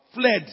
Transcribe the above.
fled